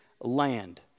land